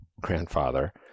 grandfather